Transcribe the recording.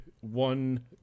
one